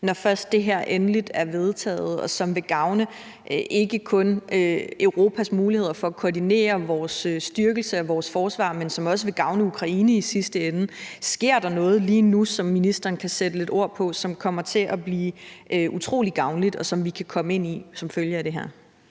når først det her er endeligt vedtaget, og som vil gavne ikke kun Europas muligheder for at koordinere styrkelsen af vores forsvar, men som også vil gavne Ukraine i sidste ende. Sker der noget lige nu, som ministeren kan sætte lidt ord på, som kommer til at blive særlig gavnligt, og som vi kan komme ind i som følge af det her?